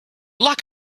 luck